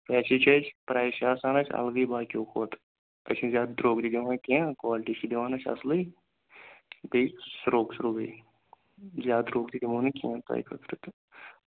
ویسے چھِ اَسہِ پرٛایِس چھِ آسان اَسہِ الگٕے باقِیو کھۄتہٕ أسۍ چھِنہٕ زیادٕ درٛوٚگ تہِ دِوان کیٚنہہ کالٹی چھِ دِوان أسۍ اصلٕے بیٚیہِ سرٛوٚگ سرٛوٚگٕے زیادٕ درٛوٚگ تہِ دِمو نہٕ کیٚںہہ تۄہہِ خٲطرٕ تہِ